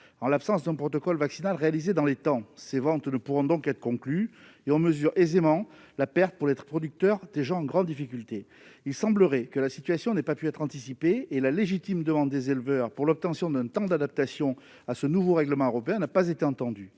En l'absence d'une telle opération réalisée dans les temps, ces ventes ne pourront donc pas être conclues, et on mesure aisément la perte pour des producteurs déjà en grande difficulté. Il semblerait que la situation n'ait pu être anticipée, et la légitime demande des éleveurs pour l'obtention d'un temps d'adaptation à ce nouveau règlement européen n'a pas été entendue.